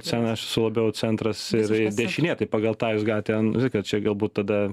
cen esu labiau centras ir ir dešinė taip pagal tą jūs galit ten matai kad čia galbūt tada